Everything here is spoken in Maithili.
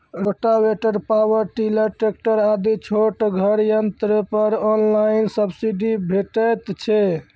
रोटावेटर, पावर टिलर, ट्रेकटर आदि छोटगर यंत्र पर ऑनलाइन सब्सिडी भेटैत छै?